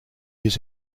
his